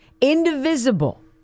indivisible